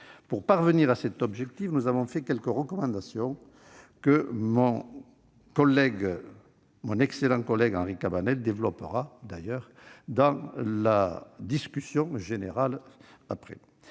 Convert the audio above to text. Pour parvenir à cet objectif, nous avons fait quelques recommandations que mon excellent collège Henri Cabanel développera au cours de la discussion générale.